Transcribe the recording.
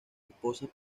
esposas